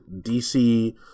DC